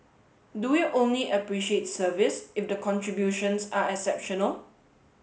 do we only appreciate service if the contributions are exceptional